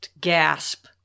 gasp